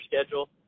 schedule